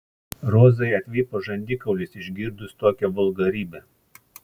rozai atvipo žandikaulis išgirdus tokią vulgarybę